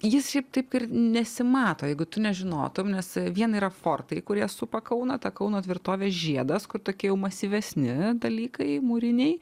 jis šiaip taip nesimato jeigu tu nežinotum nes viena yra fortai kurie supa kauną tą kauno tvirtovės žiedas kur tokie masyvesni dalykai mūriniai